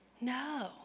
No